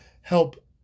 help